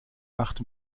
macht